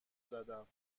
زدم